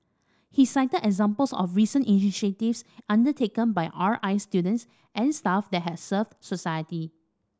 he cited examples of recent initiatives undertaken by R I students and staff that have served society